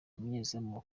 umunyezamu